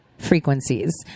Frequencies